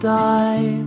die